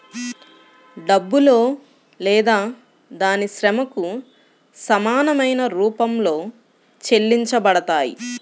డబ్బులో లేదా దాని శ్రమకు సమానమైన రూపంలో చెల్లించబడతాయి